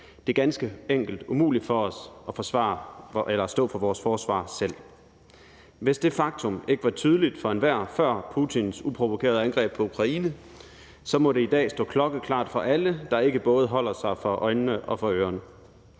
Det er ganske enkelt umuligt for os at stå for vores forsvar selv. Hvis det faktum ikke var tydeligt for enhver før Putins uprovokerede angreb på Ukraine, så må det i dag stå klokkeklart for alle, der ikke både holder sig for øjnene og for ørerne.